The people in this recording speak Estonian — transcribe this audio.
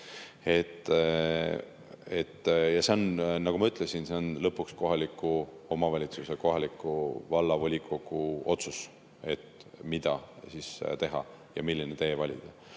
See on, nagu ma ütlesin, lõpuks kohaliku omavalitsuse ja kohaliku vallavolikogu otsus, mida teha ja milline tee valida.